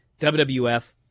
WWF